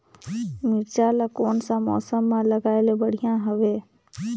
मिरचा ला कोन सा मौसम मां लगाय ले बढ़िया हवे